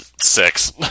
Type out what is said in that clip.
Six